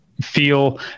feel